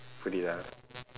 ah